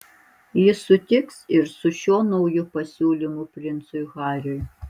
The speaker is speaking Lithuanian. jis sutiks ir su šiuo nauju pasiūlymu princui hariui